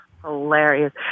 Hilarious